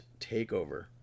TakeOver